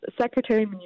Secretary